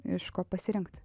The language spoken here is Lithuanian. iš ko pasirinkt